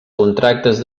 contractes